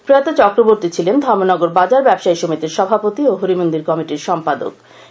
প্রয়াত চক্রবর্তী ছিলেন ধর্মনগর বাজার ব্যবসায়ী সমিতির সভাপতি ও হরিমন্দির কমিটির সম্পাদক পদে আসীন ছিলেন